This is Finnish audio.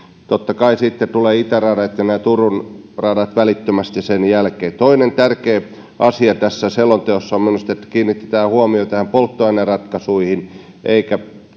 totta kai sitten tulevat itäradat ja nämä turun radat välittömästi sen jälkeen toinen tärkeä asia tässä selonteossa on minusta se että kiinnitetään huomiota polttoaineratkaisuihin eikä